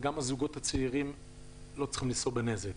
וגם הזוגות הצעירים לא צריכים לשאת בנזק.